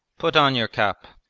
put on your cap.